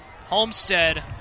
Homestead